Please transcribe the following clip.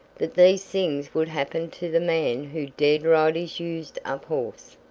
that these things would happen to the man who dared ride his used-up horse.